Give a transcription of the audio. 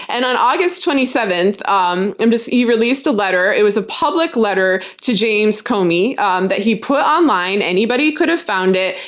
and on august twenty seventh, um um he released a letter. it was a public letter to james comey um that he put online, anybody could've found it.